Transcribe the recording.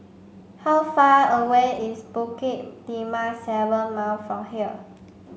how far away is Bukit Timah Seven Mile from here